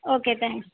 okay thanks